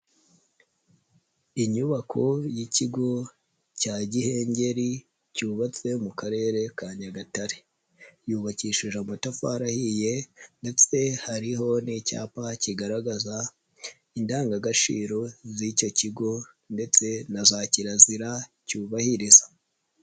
Inyubako y'Ikigo cya Gihengeri cyubatswe mu karere ka Nyagatare, yubakishije amatafari ahiye ndetse hariho n'icyapa kigaragaza indangagaciro z'icyo kigo ndetse na za kirazira cyubahiriza.